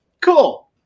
cool